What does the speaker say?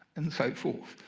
and so forth.